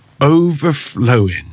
overflowing